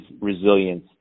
resilience